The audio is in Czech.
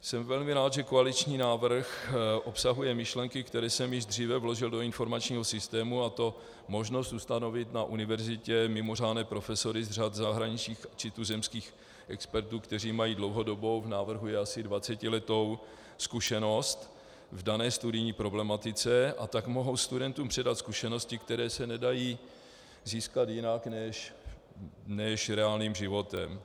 Jsem velmi rád, že koaliční návrh obsahuje myšlenky, které jsem již dříve vložil do informačního systému, a to možnost ustanovit na univerzitě mimořádné profesory z řad zahraničních či tuzemských expertů, kteří mají dlouhodobou v návrhu je asi dvacetiletou zkušenost v dané studijní problematice, a tak mohou studentům předat zkušenosti, které se nedají získat jinak než reálným životem.